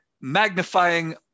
magnifying